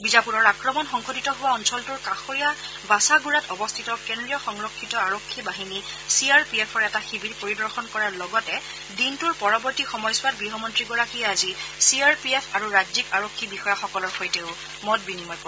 বিজাপুৰৰ আক্ৰমণ সংঘটিত হোৱা অঞ্চলটোৰ কাষৰীয়া বাছাগুড়াত অৱস্থিত কেন্দ্ৰীয় সংৰক্ষিত আৰক্ষী বাহিনী চি আৰ পি এফৰ এটা শিবিৰ পৰিদৰ্শন কৰাৰ লগতে দিনটোৰ পৰৱৰ্তী সময়ছোৱাত গৃহমন্ত্ৰীগৰাকীয়ে আজি চি আৰ পি এফ আৰু ৰাজ্যিক আৰক্ষী বিষয়াসকলৰ সৈতেও মত বিনিময় কৰে